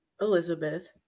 Elizabeth